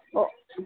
ஒ